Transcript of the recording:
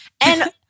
And-